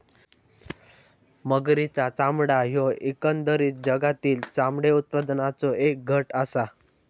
मगरींचा चामडा ह्यो एकंदरीत जगातील चामडे उत्पादनाचों एक गट आसा